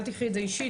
אל תיקחי את זה אישית,